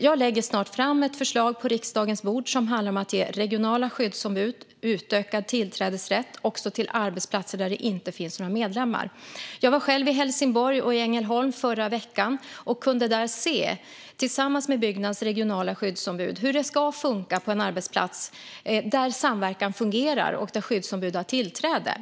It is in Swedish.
Jag lägger snart fram ett förslag på riksdagens bord som handlar om att ge regionala skyddsombud utökad tillträdesrätt, också till arbetsplatser där det inte finns några medlemmar. Jag var själv i Helsingborg och i Ängelholm förra veckan och kunde där se, tillsammans med Byggnads regionala skyddsombud, hur det ska funka på en arbetsplats där samverkan fungerar och där skyddsombud har tillträde.